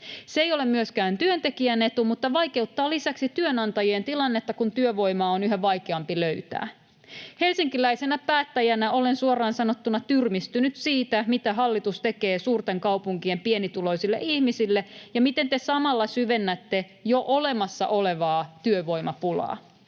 Se ei ole myöskään työntekijän etu mutta vaikeuttaa lisäksi työnantajien tilannetta, kun työvoimaa on yhä vaikeampi löytää. Helsinkiläisenä päättäjänä olen suoraan sanottuna tyrmistynyt siitä, mitä hallitus tekee suurten kaupunkien pienituloisille ihmisille ja miten te samalla syvennätte jo olemassa olevaa työvoimapulaa.